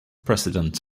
president